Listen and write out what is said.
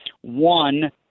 One